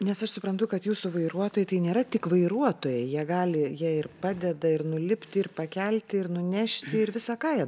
nes aš suprantu kad jūsų vairuotojai tai nėra tik vairuotojai jie gali jie ir padeda ir nulipti ir pakelti ir nunešti ir visa ką jie